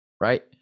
Right